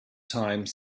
time